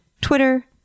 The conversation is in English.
Twitter